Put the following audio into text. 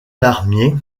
larmier